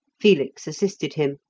felix assisted him,